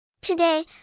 Today